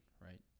right